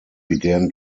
began